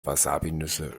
wasabinüsse